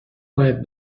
باید